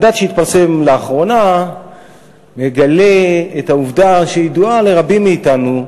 מדד שהתפרסם לאחרונה מגלה את העובדה שידועה לרבים מאתנו,